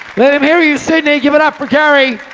let him hear you, sydney. give it up for gary.